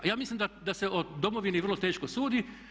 Ja mislim da se o domovini vrlo teško sudi.